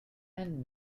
and